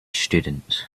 students